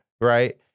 right